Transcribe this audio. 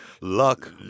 Luck